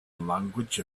language